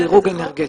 תקנות דירוג אנרגטי.